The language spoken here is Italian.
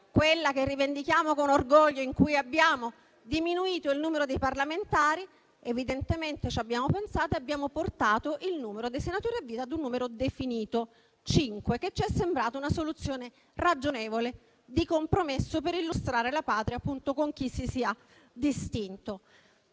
quella che rivendichiamo con orgoglio, in cui abbiamo diminuito il numero dei parlamentari - evidentemente ci abbiamo pensato e abbiamo portato il numero dei senatori a vita ad un numero definito (cinque), che ci è sembrata una soluzione ragionevole e di compromesso per illustrare la Patria con chi si sia distinto.